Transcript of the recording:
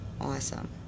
Awesome